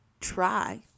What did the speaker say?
try